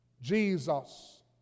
Jesus